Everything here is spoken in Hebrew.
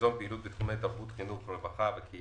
"ליזום פעילות בתחומי תרבות, חינוך, רווחה וקהילה